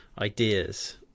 ideas